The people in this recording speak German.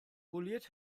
poliert